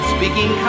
Speaking